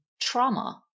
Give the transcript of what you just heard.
trauma